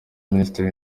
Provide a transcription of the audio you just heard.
minisitiri